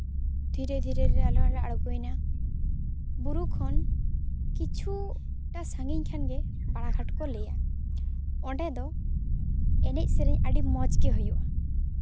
ᱫᱷᱤᱨᱮ ᱫᱷᱤᱨᱮ ᱟᱞᱮ ᱦᱚᱸᱞᱮ ᱟᱬᱜᱚᱭᱮᱱᱟ ᱵᱩᱨᱩ ᱠᱷᱚᱱ ᱠᱤᱪᱷᱩᱴᱟ ᱥᱟᱺᱜᱤᱧ ᱠᱷᱟᱱᱜᱮ ᱵᱟᱲᱟ ᱜᱷᱟᱴ ᱠᱚ ᱞᱟᱹᱭᱟ ᱚᱸᱰᱮ ᱫᱚ ᱮᱱᱮᱡ ᱥᱮᱨᱮᱧ ᱟᱹᱰᱤ ᱢᱚᱡᱽ ᱜᱮ ᱦᱩᱭᱩᱜᱼᱟ